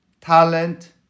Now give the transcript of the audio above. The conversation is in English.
talent